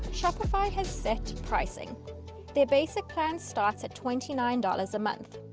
shopify has set pricing their basic plan starts at twenty nine dollars a month.